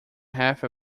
half